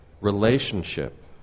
relationship